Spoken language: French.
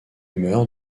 meurt